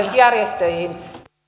järjestöihin